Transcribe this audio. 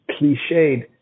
cliched